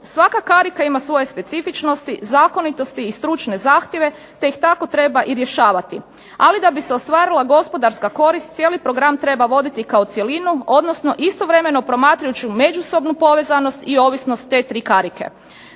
Svaka karika ima svoje specifičnosti, zakonitosti i stručne zahtjeve te ih tako treba i rješavati. Ali da bi se ostvarila gospodarska korist cijeli program treba voditi kao cjelinu, odnosno istovremeno promatrajući međusobnu povezanost i ovisnost te tri karike.